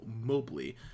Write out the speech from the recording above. Mobley